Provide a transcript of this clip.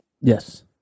Yes